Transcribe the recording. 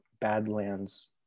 badlands